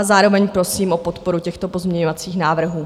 Zároveň prosím o podporu těchto pozměňovacích návrhů.